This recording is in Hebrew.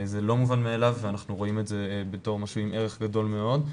זה לא מובן מאליו ואנחנו רואים את זה בתור משהו עם ערך גדול מאוד,